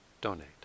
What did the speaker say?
donate